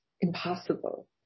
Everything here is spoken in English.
impossible